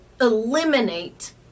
eliminate